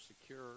secure